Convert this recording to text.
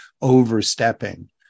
overstepping